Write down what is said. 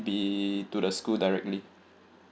be to the school directly